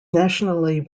nationally